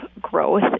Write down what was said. growth